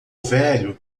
velho